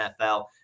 NFL